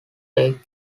take